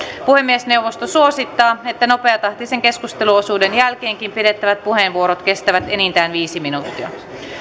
puhemiesneuvosto suosittaa että nopeatahtisen keskusteluosuuden jälkeenkin pidettävät puheenvuorot kestävät enintään viisi minuuttia